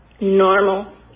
normal